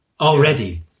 Already